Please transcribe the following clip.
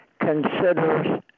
considers